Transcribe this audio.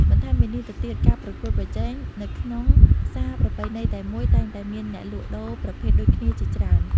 បន្ថែមពីនេះទៅទៀតគឺការប្រកួតប្រជែង នៅក្នុងផ្សារប្រពៃណីតែមួយ តែងតែមានអ្នកលក់ដូរប្រភេទដូចគ្នាជាច្រើន។